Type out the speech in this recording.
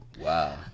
Wow